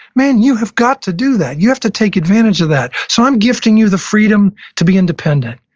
man, you have got to do that. you have to take advantage of that. so i'm gifting you the freedom to be independent.